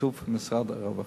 בשיתוף משרד הרווחה.